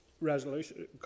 resolution